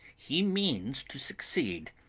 he means to succeed,